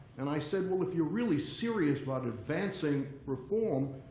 and i said, well, if you're really serious about advancing reform,